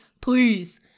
please